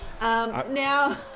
Now